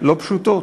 לא פשוטות.